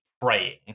praying